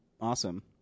awesome